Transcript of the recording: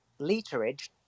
literage